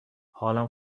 حالم